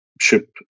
ship